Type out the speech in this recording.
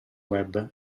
web